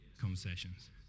conversations